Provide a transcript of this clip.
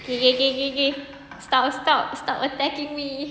okay okay okay okay okay stop stop stop attacking me